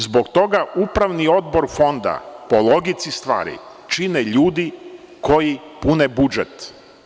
Zbog toga upravni odbor Fonda po logici stvari čine ljudi koji pune budžet.